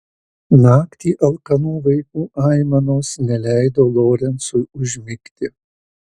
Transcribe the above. naktį alkanų vaikų aimanos neleido lorencui užmigti